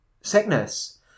sickness